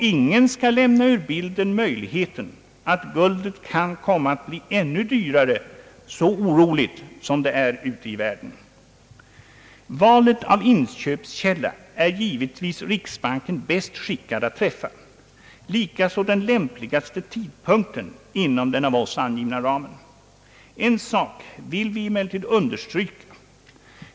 Ingen skall lämna ur bilden möjligheten att guldet kan komma att bli ännu dyrare, så oroligt som det är ute i världen. Valet av inköpskälla är givetvis riksbanken bäst skickad att träffa, likaså att fastställa den lämpligaste tidpunkten inom den av oss angivna ramen. En sak vill vi emellertid understryka.